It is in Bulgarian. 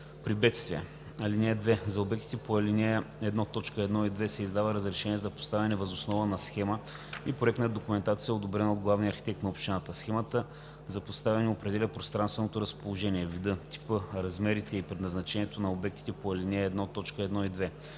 при бедствия. (2) За обектите по ал. 1, т. 1 и 2 се издава разрешение за поставяне въз основа на схема и проектна документация, одобрени от главния архитект на общината. Схемата за поставяне определя пространственото разположение, вида, типа, размерите и предназначението на обекта по ал. 1, т. 1 и 2.